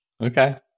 Okay